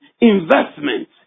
investment